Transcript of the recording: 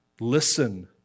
listen